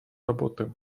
работы